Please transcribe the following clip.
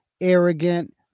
arrogant